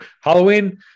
Halloween